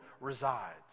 resides